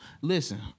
Listen